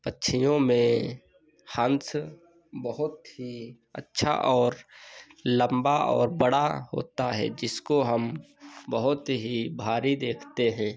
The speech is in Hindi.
पक्षियों में हंस बहुत ही अच्छा और लम्बा और बड़ा होता है जिसको हम बहुत ही भारी देखते हैं